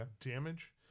damage